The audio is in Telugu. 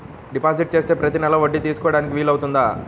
డిపాజిట్ చేస్తే ప్రతి నెల వడ్డీ తీసుకోవడానికి వీలు అవుతుందా?